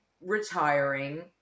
retiring